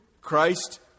Christ